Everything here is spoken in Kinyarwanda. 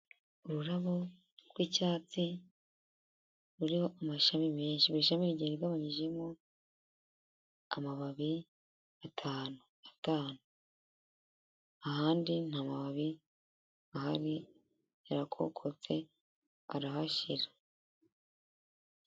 Ururabo rw'icyatsi ruriho amashami menshi, buri shami rigiye rigabanyijemo amababi atanu-atanu, ahandi nta mababi ahari yarakokotse arahashira.